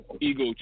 ego